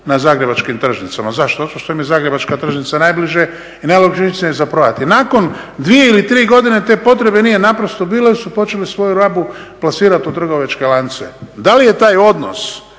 na zagrebačkim tržnicama. Zašto? Zato što im je zagrebačka tržnica najbliže i … za prodati. Nakon 2 ili 3 godine te potrebe nije naprosto bilo jer su počeli svoju robu plasirati u trgovačke lance. Da li je taj odnos